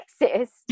exist